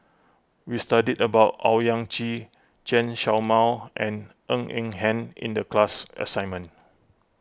we studied about Owyang Chi Chen Show Mao and Ng Eng Hen in the class assignment